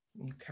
Okay